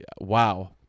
wow